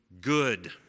good